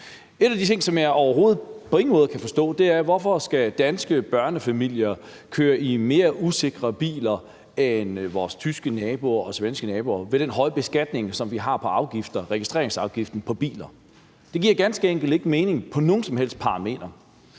En af de ting, som jeg på overhovedet ingen måder kan forstå, er, hvorfor danske børnefamilier skal køre i mere usikre biler end vores tyske naboer og svenske naboer med den høje beskatning, som vi har i forhold til registreringsafgiften på biler. Det giver ganske enkelt ikke mening på nogen som helst parametre.